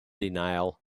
denial